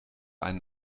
einen